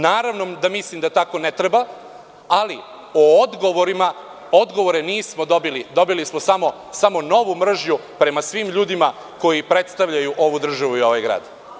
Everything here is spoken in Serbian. Naravno da mislim da tako ne treba, ali o odgovorima – odgovore nismo dobili, dobili smo samo novu mržnju prema svim ljudima koji predstavljaju ovu državu i ovaj grad.